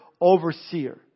overseer